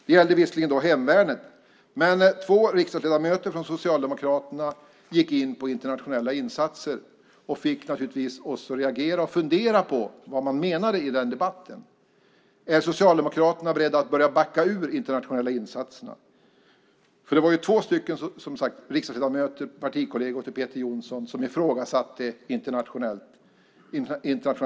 Det gällde visserligen då hemvärnet, men två riksdagsledamöter från Socialdemokraterna gick in på internationella insatser. Det fick naturligtvis oss att reagera och fundera på vad man menade i den debatten. Är Socialdemokraterna beredda att börja backa ur de internationella insatserna? Det var som sagt två riksdagsledamöter, partikolleger till Peter Jonsson, som ifrågasatte internationell verksamhet.